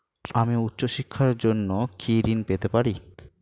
আমি উচ্চশিক্ষার জন্য কি ঋণ পেতে পারি?